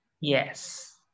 yes